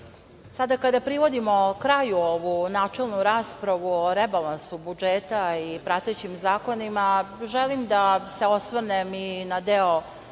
sada, kada privodimo kraju ovu načelnu raspravu o rebalansu budžeta i pratećim zakonima, želim da se osvrnem i na deo